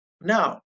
Now